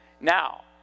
Now